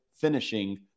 finishing